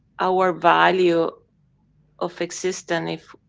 our value of existence if,